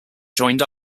joined